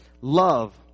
Love